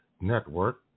Network